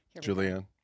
Julianne